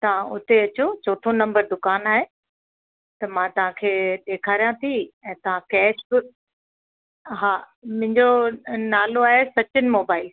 तव्हां उते अचो चौथो नंबर दुकानु आहे त मां तव्हांखे ॾेखारिया थी ऐं तव्हां कैश बि हा मुंहिंजो नालो आहे सचिन मोबाइल